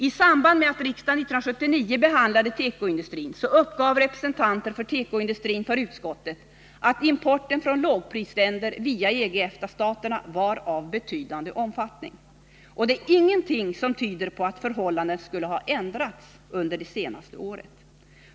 I samband med att riksdagen 1979 behandlade frågan om tekoindustrin uppgav representanter för tekoindustrin för utskottet att importen från lågprisländer via EG/EFTA-staterna var av betydande omfattning. Det är ingenting som tyder på att förhållandena skulle ha ändrats under det senaste året.